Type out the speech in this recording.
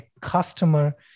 customer